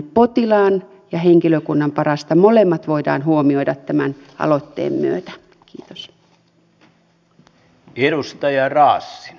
potilaan ja henkilökunnan paras molemmat voidaan huomioida tämän aloitteen myötä